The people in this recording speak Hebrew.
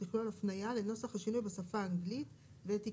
תכלול הפניה לנוסח השינוי בשפה האנגלית ואת עיקריו.